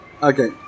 Okay